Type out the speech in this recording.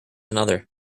another